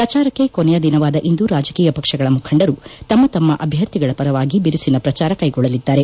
ಪ್ರಜಾರಕ್ಕೆ ಕೊನೆಯ ದಿನವಾದ ಇಂದು ರಾಜಕೀಯ ಪಕ್ಷಗಳ ಮುಖಂಡರು ತಮ್ಮ ತಮ್ಮ ಅಭ್ಯರ್ಥಿಗಳ ಪರವಾಗಿ ಬಿರುಸಿನ ಪ್ರಚಾರ ಕೈಗೊಳ್ಳಲಿದ್ದಾರೆ